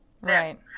right